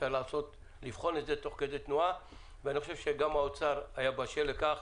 אפשר לבחון את זה תוך כדי תנועה ואני חושב שגם האוצר היה בשל לכך,